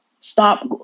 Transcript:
stop